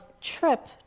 trip